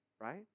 right